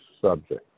subject